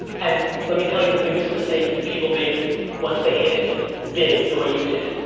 and let me tell you the biggest mistake people make once they hit it big the way you did.